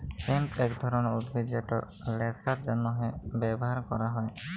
hemp ইক ধরলের উদ্ভিদ যেট ল্যাশার জ্যনহে ব্যাভার ক্যরা হ্যয়